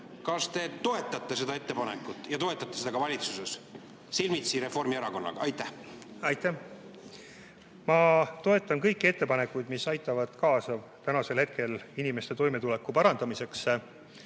kas te toetate seda ettepanekut ja toetate seda ka valitsuses, silmitsi Reformierakonnaga? Aitäh! Ma toetan kõiki ettepanekuid, mis aitavad kaasa inimeste toimetuleku parandamisele.